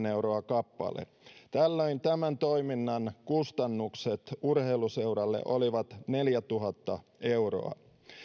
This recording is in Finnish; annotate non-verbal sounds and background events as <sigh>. <unintelligible> euroa kappale tällöin tämän toiminnan kustannukset urheiluseuralle olivat neljätuhatta euroa